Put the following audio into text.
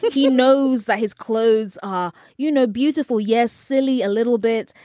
he knows that his clothes are you know beautiful yes silly a little bit.